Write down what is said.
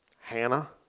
Hannah